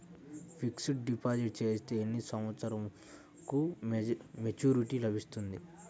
Fixed deposit చేస్తే ఎన్ని సంవత్సరంకు మెచూరిటీ లభిస్తుంది?